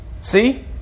See